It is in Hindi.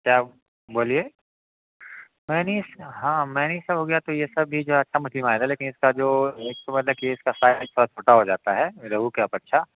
क्या बोलिए मैनिस हाँ मैनिस सब हो गया तो ये सब भी जो है अच्छा मछली आएगा लेकिन इसका जो एक मतलब कि इसका साइज थोड़ा छोटा हो जाता है रोहू के अपेक्षा